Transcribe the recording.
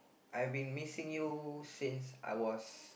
I've been missing you since I was